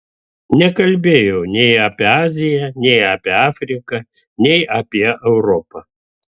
nekalbėjau nei apie aziją nei apie afriką nei apie europą